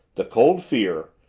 the cold fear,